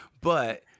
But-